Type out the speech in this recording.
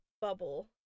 bubble